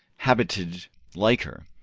habited like her,